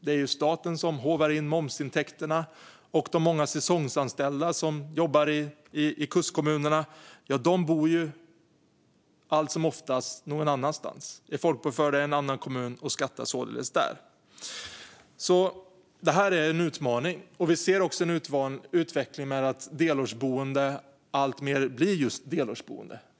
Det är staten som håvar in momsintäkterna, och de många säsongsanställda som jobbar i kustkommunerna bor allt som oftast någon annanstans. De är folkbokförda i en annan kommun och skattar således där. Det här är en utmaning. Vi ser också en utveckling så att delårsboende blir alltmer just delårsboende.